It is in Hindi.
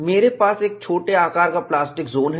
मेरे पास एक छोटे आकार का प्लास्टिक जोन है